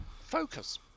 Focus